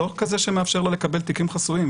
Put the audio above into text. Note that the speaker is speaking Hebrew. לא כזה שמאפשר לה לקבל תיקים חסויים,